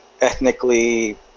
ethnically